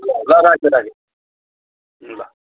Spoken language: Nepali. ल राखेँ राखेँ ल